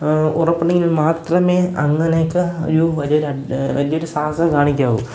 ഉറപ്പുണ്ടെങ്കിൽ മാത്രമേ അങ്ങനെയൊക്കെ ഒരു വലിയൊരു സാഹസം കാണിക്കാവു